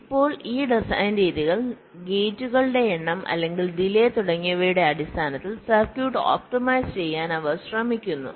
ഇപ്പോൾ ഈ ഡിസൈൻ രീതികൾ ഗേറ്റുകളുടെ എണ്ണം അല്ലെങ്കിൽ ഡിലെ തുടങ്ങിയവയുടെ അടിസ്ഥാനത്തിൽ സർക്യൂട്ട് ഒപ്റ്റിമൈസ് ചെയ്യാൻ അവർ ശ്രമിക്കുന്നു